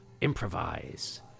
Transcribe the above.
Improvise